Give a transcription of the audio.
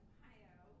Ohio